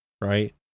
right